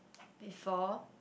before